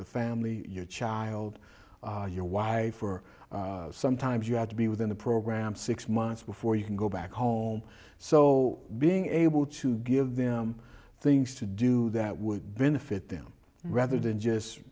the family your child old your wife or sometimes you have to be within the program six months before you can go back home so being able to give them things to do that would benefit them rather than just